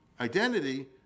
identity